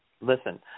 Listen